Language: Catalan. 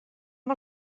amb